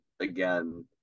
again